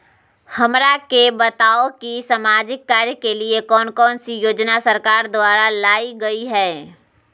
हमरा के बताओ कि सामाजिक कार्य के लिए कौन कौन सी योजना सरकार द्वारा लाई गई है?